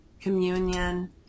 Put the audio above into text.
communion